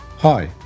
Hi